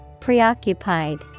Preoccupied